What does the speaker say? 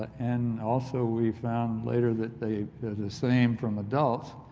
and also we found later that the same from adults